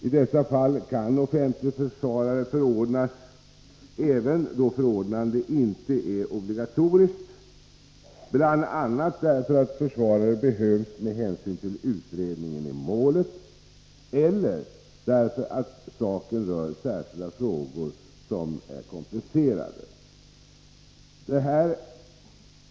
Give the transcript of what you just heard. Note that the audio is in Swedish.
I dessa fall kan offentlig försvarare förordnas, även då förordnande inte är obligatoriskt, bl.a. därför att försvarare behövs med hänsyn till utredningen i målet eller därför att saken rör särskilda frågor som är komplicerade.